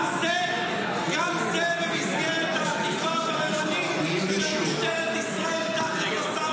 גם זה במסגרת האכיפה הבררנית של משטרת ישראל תחת השר